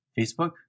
Facebook